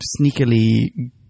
sneakily